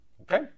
okay